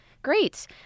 Great